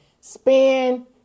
Spend